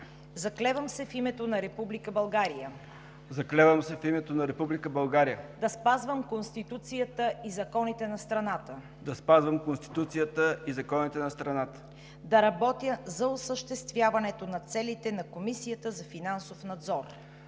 „Заклевам се в името на Република България да спазвам Конституцията и законите на страната, да работя за осъществяването на целите на Комисията за финансов надзор,